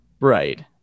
Right